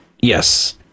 Yes